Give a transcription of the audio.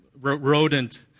rodent